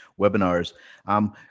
webinars